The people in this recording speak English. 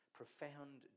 profound